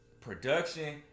production